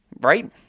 right